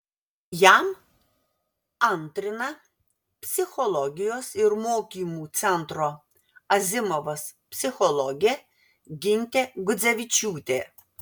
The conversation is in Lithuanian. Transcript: jam antrina psichologijos ir mokymų centro azimovas psichologė gintė gudzevičiūtė